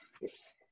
Yes